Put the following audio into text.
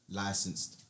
licensed